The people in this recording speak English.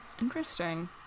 Interesting